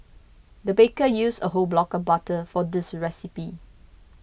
the baker used a whole block of butter for this recipe